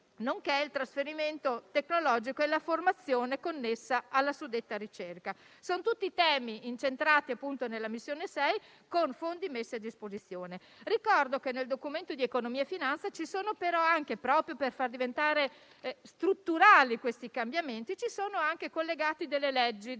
nonché il trasferimento tecnologico e la formazione connessa alla suddetta ricerca. Sono tutti temi incentrati nella Missione 6, con fondi messi a disposizione. Ricordo che, nel Documento di economia e finanza, proprio per far diventare strutturali questi cambiamenti, vi sono anche collegate delle leggi